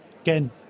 Again